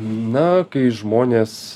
na kai žmonės